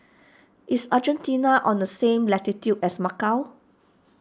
is Argentina on the same latitude as Macau